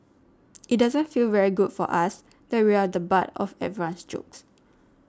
it doesn't feel very good for us that we're the butt of everyone's jokes